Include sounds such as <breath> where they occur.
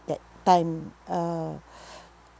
that time uh <breath>